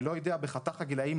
אני לא יודע מה חתך הגילאים,